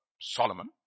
Solomon